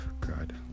God